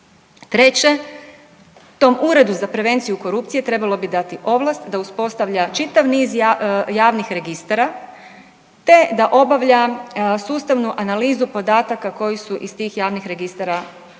Treće, tom Uredu za prevenciju korupcije trebalo bi dati ovlast da uspostavlja čitav niz javnih registara, te da obavlja sustavnu analizu podataka koji su iz tih javnih registara dostupni.